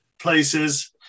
places